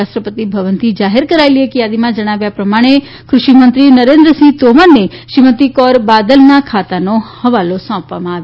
રાષ્ટ્રપતિ ભવનથી જાહેર કરાયેલી એક યાદીમાં જણાવ્યા પ્રમાણે કૃષિમંત્રી નરેન્દ્ર સિંહ તોમરને શ્રીમતી હરસિમરત કૌર બાદલનાં ખાતાનો હવાલો સોંપવામાં આવ્યો છે